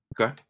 Okay